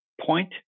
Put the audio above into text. point